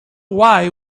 why